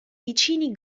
vicini